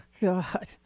God